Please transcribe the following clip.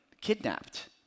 kidnapped